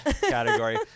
category